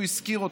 הוא השכיר אותו.